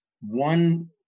one